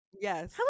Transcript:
yes